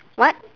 what